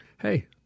hey